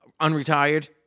unretired